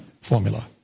formula